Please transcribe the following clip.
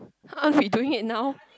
aren't we doing it now